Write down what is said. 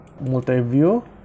multi-view